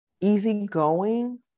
easygoing